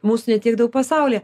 mūsų ne tiek daug pasaulyje